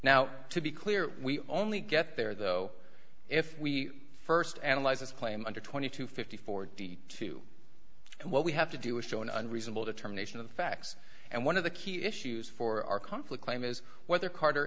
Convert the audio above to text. now to be clear we only get there though if we first analyze this claim under twenty two fifty four d two and what we have to do is show an unreasonable determination of the facts and one of the key issues for our conflict claim is whether carter